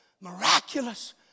miraculous